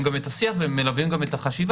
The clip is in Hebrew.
גם את השיח ומלווים גם את החשיבה,